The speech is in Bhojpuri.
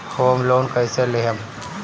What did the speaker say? होम लोन कैसे लेहम?